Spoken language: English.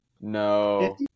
No